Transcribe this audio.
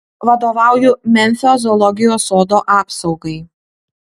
vadovauju memfio zoologijos sodo apsaugai